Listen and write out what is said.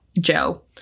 Joe